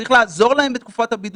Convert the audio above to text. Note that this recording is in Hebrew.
צריך לעזור להם בתקופת הבידוד,